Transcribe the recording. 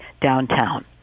downtown